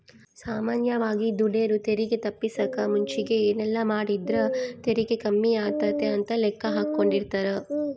ಸಾಮಾನ್ಯವಾಗಿ ದುಡೆರು ತೆರಿಗೆ ತಪ್ಪಿಸಕ ಮುಂಚೆಗೆ ಏನೆಲ್ಲಾಮಾಡಿದ್ರ ತೆರಿಗೆ ಕಮ್ಮಿಯಾತತೆ ಅಂತ ಲೆಕ್ಕಾಹಾಕೆಂಡಿರ್ತಾರ